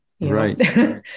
Right